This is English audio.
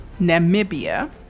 Namibia